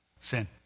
Sin